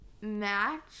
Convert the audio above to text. match